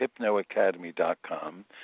hypnoacademy.com